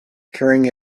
carrying